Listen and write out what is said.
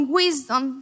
wisdom